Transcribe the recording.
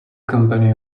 company